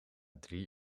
drie